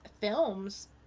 films